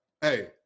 hey